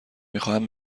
میخواهم